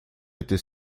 était